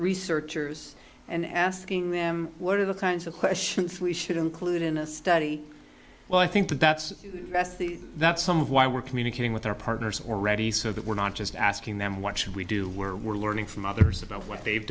researchers and asking them what are the kinds of questions we should include in a study well i think that's the best the that's some of why we're communicating with our partners already so that we're not just asking them what should we do where we're learning from others about what they've